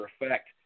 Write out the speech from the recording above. effect